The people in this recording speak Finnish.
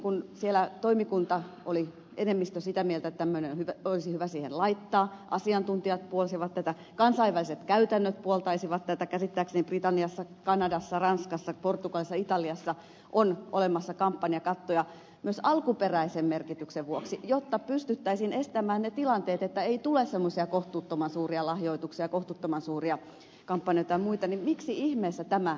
kun siellä kuitenkin toimikunnan enemmistö oli sitä mieltä että tämmöinen olisi hyvä siihen laittaa asiantuntijat puolsivat tätä kansainväliset käytännöt puoltaisivat tätä käsittääkseni britanniassa kanadassa ranskassa portugalissa italiassa on olemassa kampanjakatto ja myös alkuperäisen merkityksen vuoksi jotta pystyttäisiin estämään ne tilanteet että ei tule semmoisia kohtuuttoman suuria lahjoituksia kohtuuttoman suuria kampanjoita ja muita niin miksi ihmeessä tämä jäi pois